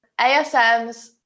ASMs